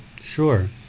sure